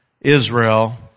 Israel